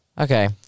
okay